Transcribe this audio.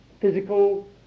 physical